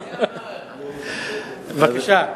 בבקשה.